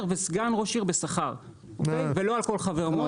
וסגן ראש עיר בשכר ולא על כל חבר מועצה.